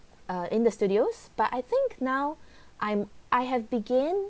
err in the studios but I think now I'm I have begin